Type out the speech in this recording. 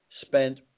spent